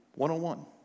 One-on-one